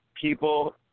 people